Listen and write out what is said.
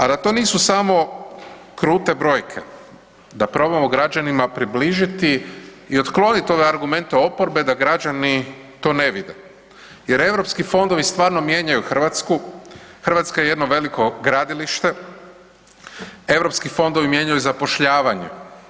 A da to nisu samo krute brojke, da probamo građanima približiti i otkloniti ove argumente oporbe da građani to ne vide jer europski fondovi stvarno mijenjaju Hrvatsku, Hrvatska je jedno veliko gradilište, europski fondovi mijenjaju i zapošljavaju.